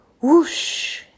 whoosh